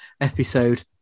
episode